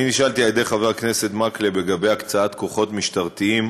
אני נשאלתי על-ידי חבר הכנסת מקלב לגבי הקצאת כוחות משטרתיים